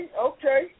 okay